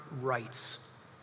rights